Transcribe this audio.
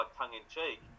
tongue-in-cheek